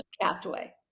castaway